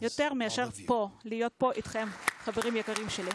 מאשר עם חבריי היקרים, כולכם.